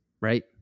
right